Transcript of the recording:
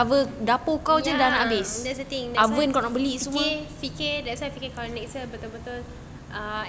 ya that's the thing that's the thing fikir-fikir that's why fikir next year kalau betul-betul uh